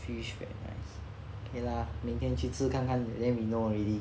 fish very nice K lah 明天去吃看看 then we know already